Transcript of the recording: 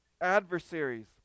adversaries